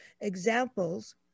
examples